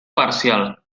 parcial